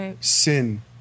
sin